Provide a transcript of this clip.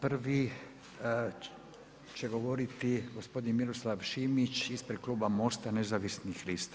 Prvi će govoriti gospodin Miroslav Šimić ispred kluba Most-a nezavisnih lista.